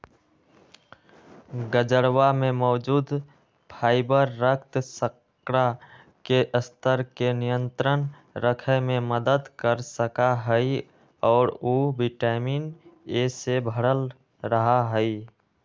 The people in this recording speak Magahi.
गजरवा में मौजूद फाइबर रक्त शर्करा के स्तर के नियंत्रण रखे में मदद कर सका हई और उ विटामिन ए से भरल रहा हई